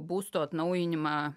būsto atnaujinimą